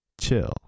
chill